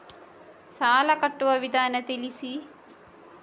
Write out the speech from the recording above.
ಸಾಲ ಕಟ್ಟುವ ವಿಧಾನ ತಿಳಿಸಿ?